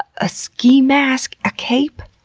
a ski mask? a cape?